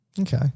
Okay